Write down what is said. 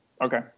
okay